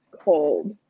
cold